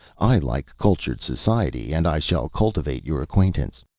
i like cultured society, and i shall cultivate your acquaintance.